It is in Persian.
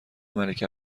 ملک